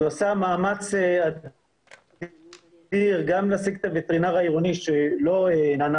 הוא עשה מאמץ אדיר גם להשיג את הווטרינר העירוני שלא ענה